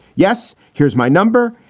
yes. here's my number.